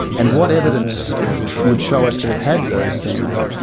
and what evidence would show us that it had those things?